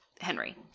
Henry